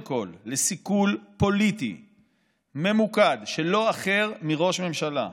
כול לסיכול פוליטי ממוקד של לא אחר מראש ממשלה,